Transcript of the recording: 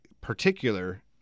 particular